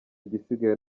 igisigaye